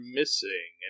missing